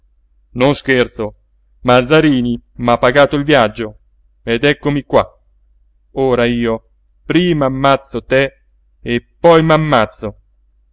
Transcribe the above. non scherzo mazzarini m'ha pagato il viaggio ed eccomi qua ora io prima ammazzo te e poi m'ammazzo